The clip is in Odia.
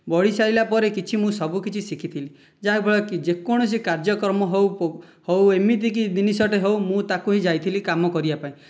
ବଢ଼ି ସାରିଲା ପରେ କିଛି ମୁଁ ସବୁକିଛି ଶିଖିଥିଲି ଯାହାଫଳରେ କି ଯେକୌଣସି କାର୍ଯ୍ୟକ୍ରମ ହେଉ ହେଉ ଏମିତି କି ଜିନିଷଟିଏ ହେଉ ମୁଁ ତାକୁ ହିଁ ଯାଇଥିଲି କାମ କରିବା ପାଇଁ